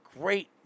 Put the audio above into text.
great